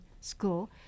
school